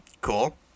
Cool